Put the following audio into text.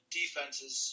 defenses